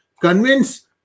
convince